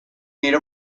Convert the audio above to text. made